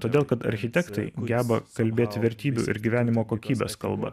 todėl kad architektai geba kalbėti vertybių ir gyvenimo kokybės kalba